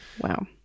Wow